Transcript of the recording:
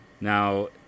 Now